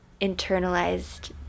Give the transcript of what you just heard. internalized